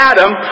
Adam